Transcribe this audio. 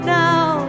now